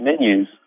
menus